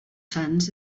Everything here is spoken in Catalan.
sants